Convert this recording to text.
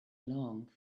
along